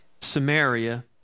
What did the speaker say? Samaria